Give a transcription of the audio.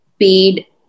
paid